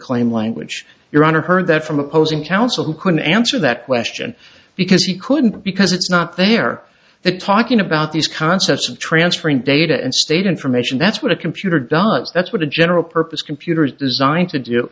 claim language your own heard that from opposing counsel who couldn't answer that question because he couldn't because it's not there the talking about these concepts of transferring data and state information that's what a computer does that's what a general purpose computer is designed